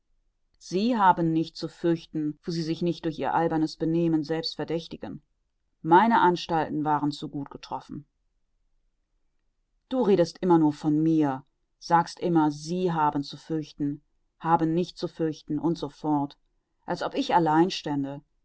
sie haben nicht zu fürchten wo sie sich nicht durch ihr albernes benehmen selbst verdächtigen meine anstalten waren zu gut getroffen du redest immer nur von mir sagst immer sie haben zu fürchten haben nicht zu fürchten und so fort als ob ich allein stände